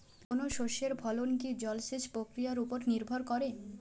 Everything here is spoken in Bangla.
কোনো শস্যের ফলন কি জলসেচ প্রক্রিয়ার ওপর নির্ভর করে?